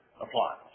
applies